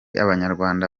abanyarwanda